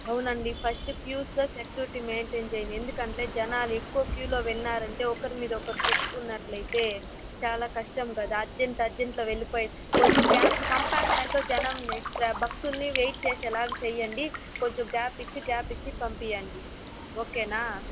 అవును అండి ఫస్ట్ క్యూస్లో సెక్యూరిటీ మెయింటైన్ చేయండి ఎందుకు అంటే జనాలు ఎక్కువ క్యూలో వెళ్ళినారు అంటే ఒకరి మీద ఒకరు తొక్కుకున్నట్లైతే చాలా కష్టం కదా అర్జంట్ అర్జంట్లో వెళ్ళిపోయి కొంచం గ్యాప్ కంపార్ట్మెంట్లో జనాన్ని భక్తుల్ని వెయిట్ చేసేలా చేయండి కొంచెం గ్యాప్ ఇచ్చి గ్యాప్ ఇచ్చి పంపించండి ఓకే నా